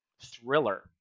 thriller